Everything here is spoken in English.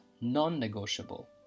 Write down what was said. non-negotiable